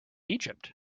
egypt